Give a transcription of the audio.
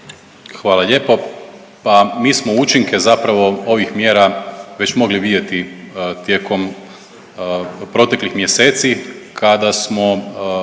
Hvala lijepo. Pa mi smo učinke zapravo ovih mjera već mogli vidjeti tijekom proteklih mjeseci kada smo